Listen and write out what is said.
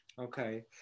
Okay